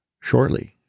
shortly